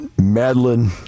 Madeline